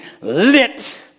lit